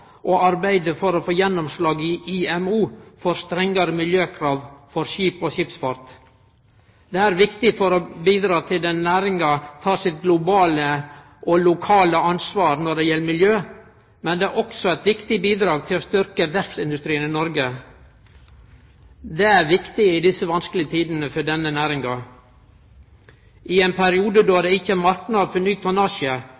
for å få gjennomslag i IMO for strengare miljøkrav for skip og skipsfart. Det er viktig for å bidra til at denne næringa tek sitt globale og lokale ansvar når det gjeld miljøet. Men det er også eit viktig bidrag til å styrkje verftsindustrien i Noreg. Det er viktig i desse vanskelege tider for verftsindustrien. I ein periode då